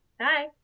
Hi